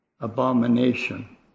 abomination